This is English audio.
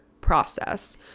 process